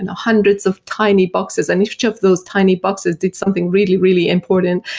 and hundreds of tiny boxes and each of those tiny boxes did something really, really important,